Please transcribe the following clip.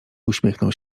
uśmiechnął